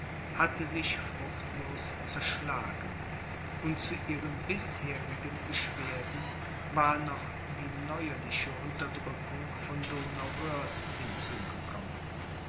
hatte sich fruchtlos zerschlagen und zu ihren bisherigen beschwerden war noch die neuerliche unterdrückung von donauwörth hinzugekommen